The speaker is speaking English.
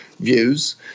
views